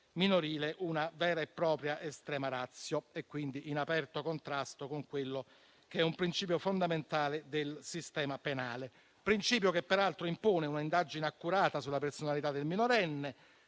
minorile, una vera e propria *extrema ratio*. Ciò è in aperto contrasto con quello che è un principio fondamentale del sistema penale, principio che impone peraltro una indagine accurata sulla personalità del minorenne,